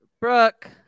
Brooke